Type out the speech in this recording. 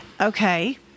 okay